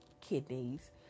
kidneys